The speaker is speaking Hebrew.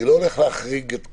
אני לא הולך להחריג את כולם.